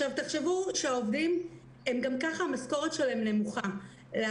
תחשבו על זה שגם כך משכורת העובדים היא נמוכה,